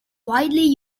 widely